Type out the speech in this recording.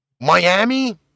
Miami